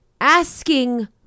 asking